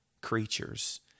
creatures